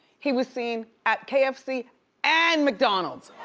he was seen at kfc and mcdonald's.